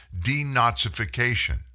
denazification